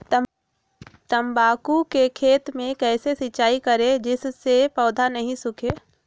तम्बाकू के खेत मे कैसे सिंचाई करें जिस से पौधा नहीं सूखे?